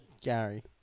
Gary